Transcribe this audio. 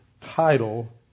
title